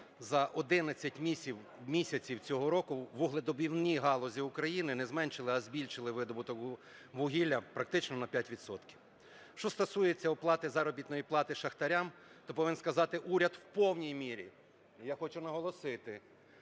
за 11 місяців цього року у вугледобувній галузі України не зменшили, а збільшили видобуток вугілля практично на 5 відсотків. Що стосується оплати заробітної плати шахтарям, то повинен сказати, уряд в повній мірі, я хочу наголосити,